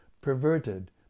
perverted